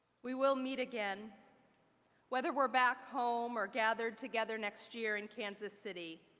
we will meet again whether we're back home, or gathered together next year and kansas city.